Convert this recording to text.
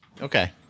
Okay